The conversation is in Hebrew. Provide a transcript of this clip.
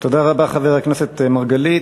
תודה רבה, חבר הכנסת מרגלית.